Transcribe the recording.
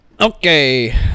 Okay